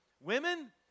Women